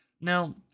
Now